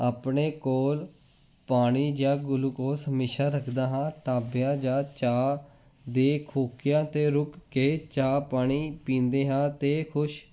ਆਪਣੇ ਕੋਲ ਪਾਣੀ ਜਾਂ ਗੁਲੂਕੋਸ ਹਮੇਸ਼ਾ ਰੱਖਦਾ ਹਾਂ ਤਾਬਿਆ ਜਾਂ ਚਾਹ ਦੇ ਖੋਕਿਆਂ 'ਤੇ ਰੁਕ ਕੇ ਚਾਹ ਪਾਣੀ ਪੀਂਦੇ ਹਾਂ ਅਤੇ ਖੁਸ਼